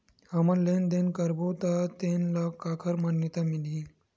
हमन लेन देन करबो त तेन ल काखर मान्यता मिलही?